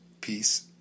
peace